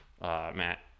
Matt